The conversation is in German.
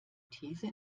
these